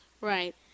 Right